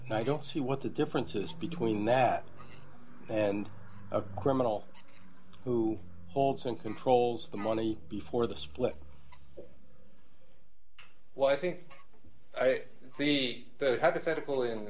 and i don't see what the differences between that and a criminal who holds an controls the money before the split well i think the hypothetical in